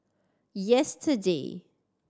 yesterday